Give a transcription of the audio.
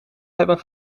hebben